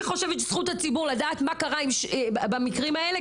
לדעתי זכות הציבור לדעת מה קרה במקרים האלה,